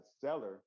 seller